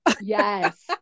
Yes